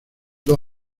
dos